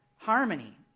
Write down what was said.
harmony